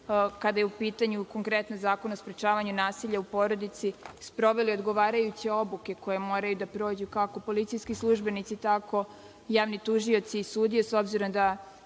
kada je u pitanju konkretno zakon o sprečavanju nasilja u porodici, sproveli odgovarajuće obuke koje moraju da prođu, kako policijski službenici, tako javni tužioci i sudije, s obzirom da